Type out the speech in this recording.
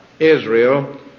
Israel